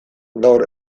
gaur